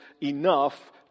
enough